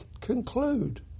conclude